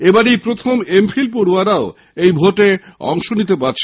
এবারই প্রথম M Phil পড়য়ারাও এই ভোটে অংশ নিতে পারবে